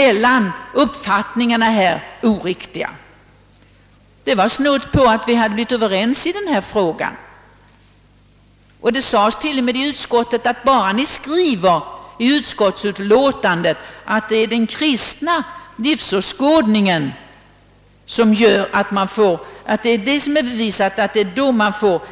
Vi höll på att komma överens i utskottet. Det meddelades till och med att bara utlåtandet innehöll en formulering om att det är den kristna livsåskådningen som ger